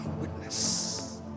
witness